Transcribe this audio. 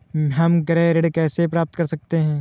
हम गृह ऋण कैसे प्राप्त कर सकते हैं?